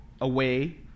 away